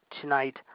tonight